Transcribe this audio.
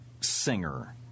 singer